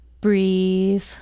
breathe